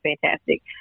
fantastic